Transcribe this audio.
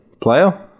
Player